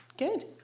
Good